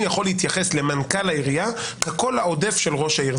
אני יכול להתייחס למנכ"ל העירייה כקול העודף של ראש העיר.